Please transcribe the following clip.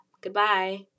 Goodbye